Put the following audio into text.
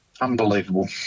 Unbelievable